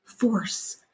Force